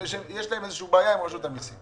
שיש להן בעיה עם רשות המיסים,